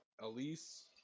Elise